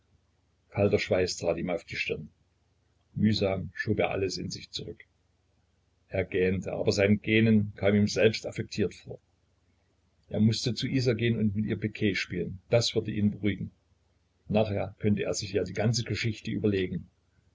schweiß trat ihm auf die stirn mühsam schob er alles in sich zurück er gähnte aber sein gähnen kam ihm selbst affektiert vor er mußte zu isa gehen und mit ihr piquet spielen das würde ihn beruhigen nachher könnte er sich ja die ganze geschichte überlegen